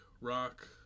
rock